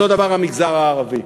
אותו הדבר במגזר הערבי.